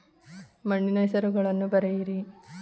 ಮಣ್ಣಿನ ಹೆಸರುಗಳನ್ನು ಬರೆಯಿರಿ